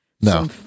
No